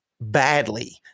badly